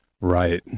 right